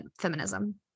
feminism